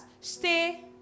stay